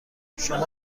شما